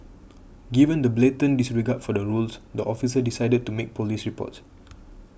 given the blatant disregard for the rules the officer decided to make police reports